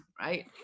right